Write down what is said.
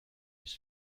his